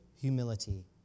humility